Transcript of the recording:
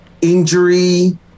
injury